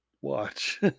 Watch